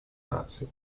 наций